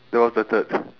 then what's the third